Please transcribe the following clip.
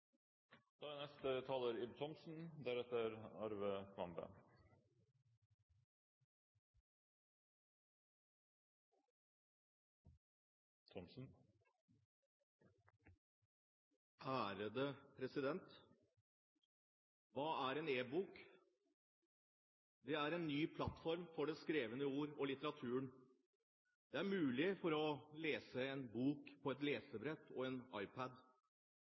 Hva er en e-bok? Det er en ny plattform for det skrevne ord og litteraturen. Det er mulig å lese en bok på lesebrett og iPad.